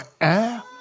air